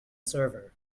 server